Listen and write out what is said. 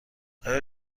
آیا